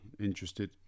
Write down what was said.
interested